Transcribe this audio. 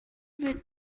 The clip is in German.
wird